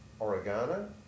oregano